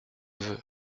veux